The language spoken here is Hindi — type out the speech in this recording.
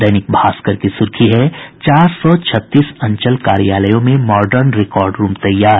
दैनिक भास्कर ने लिखा है चार सौ छत्तीस अंचल कार्यालयों में मॉडर्न रिकॉर्ड रूम तैयार